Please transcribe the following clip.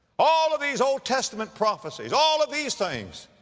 all of these old testament prophecies, all of these things,